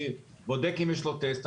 אני בודק אם יש לו טסט.